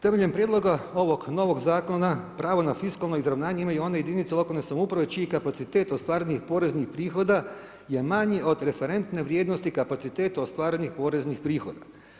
Temeljem prijedloga ovoga novog zakona pravo na fiskalno izravnanje imaju one jedinice lokalne samouprave čiji kapacitet ostvarenih poreznih prihoda je manji od referentne vrijednosti kapaciteta ostvarenih poreznih prihoda.